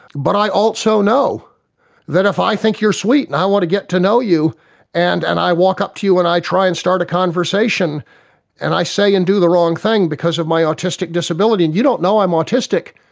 but i also know that if i think you're sweet and i want to get to know you and and i walk up to you and i try and start a conversation and i say and do the wrong thing because of my autistic disability and you don't know i'm autistic,